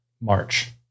March